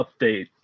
update